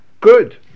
good